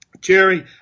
Jerry